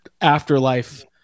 afterlife